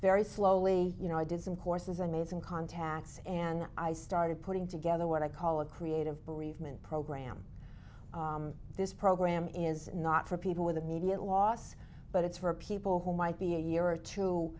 very slowly you know i did some courses and made some contacts and i started putting together what i call a creative bereavement program this program is not for people with immediate loss but it's for people who might be a year or two